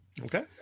Okay